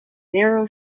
narrow